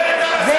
את מדברת על הסתה?